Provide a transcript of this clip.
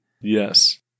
Yes